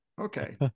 Okay